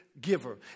giver